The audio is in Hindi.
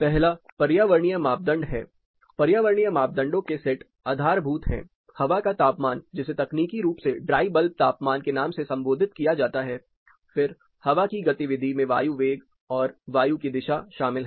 पहला पर्यावरणीय मापदंड है पर्यावरणीय मापदंडों के सेट आधारभूत है हवा का तापमान जिसे तकनीकी रूप से ड्राई बल्ब तापमान के नाम से संबोधित किया जाता है फिर हवा की गतिविधि में वायु वेग और वायु की दिशा शामिल है